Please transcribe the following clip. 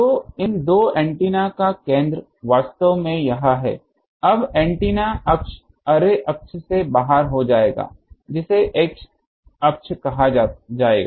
तो इन दो एंटीना का केंद्र वास्तव में यहाँ है अब एंटीना अक्ष अर्रे अक्ष से बाहर हो जाएगा जिसे x अक्ष कहा जाएगा